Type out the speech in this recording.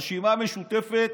הרשימה המשותפת